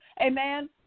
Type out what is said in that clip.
Amen